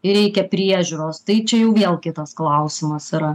jai reikia priežiūros tai čia jau vėl kitas klausimas yra